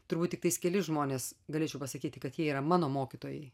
turbūt tiktai kelis žmones galėčiau pasakyti kad jie yra mano mokytojai